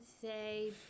say